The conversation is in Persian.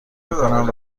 میکنم